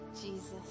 jesus